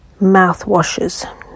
mouthwashes